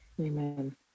Amen